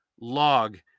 log